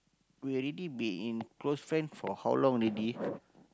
we already been in close friend for how long already